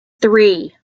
three